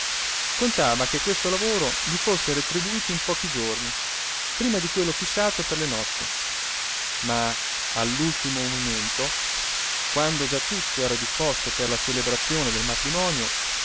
contava che questo lavoro gli fosse retribuito pochi giorni prima di quello fissato per le nozze ma all'ultimo momento quando già tutto era disposto per la celebrazione del matrimonio